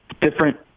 different